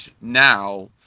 now